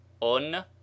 On